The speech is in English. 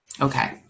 Okay